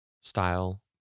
style